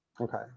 Okay